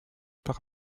par